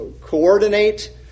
coordinate